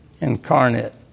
incarnate